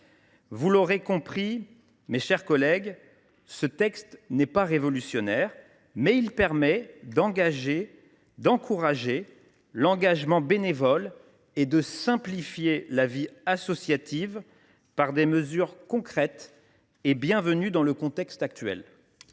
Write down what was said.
Vous l’aurez compris, mes chers collègues, ce texte n’est pas révolutionnaire, mais il permet d’encourager l’engagement bénévole et de simplifier la vie associative par des mesures concrètes et bienvenues dans le contexte actuel.